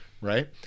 right